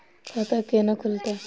खाता केना खुलत?